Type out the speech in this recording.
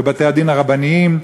ובתי-הדין הרבניים,